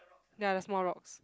ya the small rocks